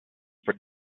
for